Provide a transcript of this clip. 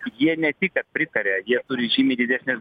jie ne tik kad pritaria jie turi žymiai didesnes